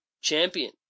champion